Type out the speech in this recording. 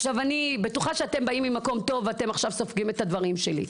עכשיו אני בטוחה שאתם באים ממקום טוב ואתם סופגים את הדברים שלי,